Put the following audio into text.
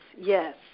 yes